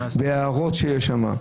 לא מעוניינים בהערות שם,